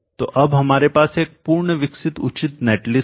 तो अब हमारे पास एक पूर्ण विकसित उचित नेट लिस्ट है